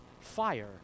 Fire